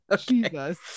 Jesus